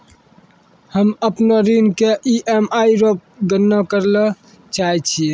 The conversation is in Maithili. हम्म अपनो ऋण के ई.एम.आई रो गणना करैलै चाहै छियै